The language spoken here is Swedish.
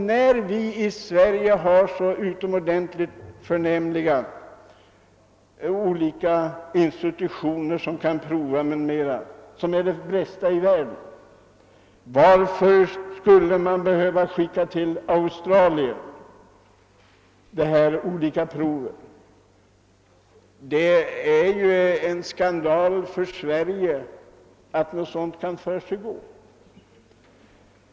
När vi i Sverige har så utomordentligt förnämliga institutioner som provar material m.m. — de är de bästa i världen — varför skall vi då behöva skicka olika prover till Australien? Det är en skandal för Sverige att något sådant kan försiggå.